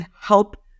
help